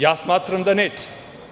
Ja smatram da neće.